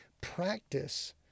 practice